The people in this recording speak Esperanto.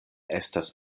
estas